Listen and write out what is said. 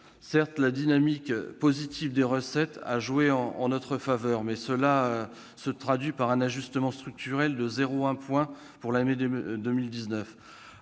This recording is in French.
Certes, la dynamique positive des recettes a joué en notre faveur. Cela se traduit par un ajustement structurel de 0,1 point pour l'année 2019.